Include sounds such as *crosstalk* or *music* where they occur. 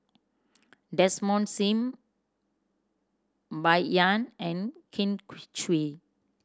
Desmond Sim Bai Yan and Kin *unintelligible* Chui